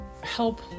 help